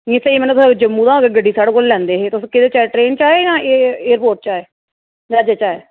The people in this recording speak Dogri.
इ'यां स्हेई मतलब जम्मू दा अगर गड्डी साढ़े कोला लैंदे हे तुस कैह्दे च आए ट्रेन च आए जां एयरपोर्ट च आए ज्हाजै च आए